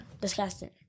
disgusting